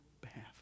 behalf